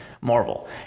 Marvel